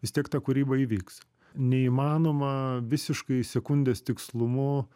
vis tiek ta kūryba įvyks neįmanoma visiškai sekundės tikslumu